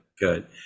Good